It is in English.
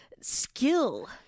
skill